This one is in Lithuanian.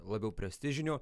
labiau prestižiniu